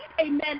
amen